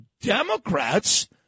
Democrats